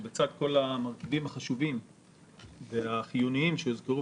שבצד כל המרכיבים החשובים והחיוניים שהוזכרו